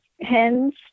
hens